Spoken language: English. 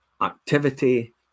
activity